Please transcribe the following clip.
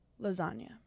lasagna